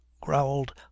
growled